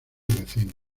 vecinos